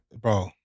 bro